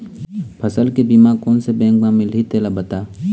फसल के बीमा कोन से बैंक म मिलही तेला बता?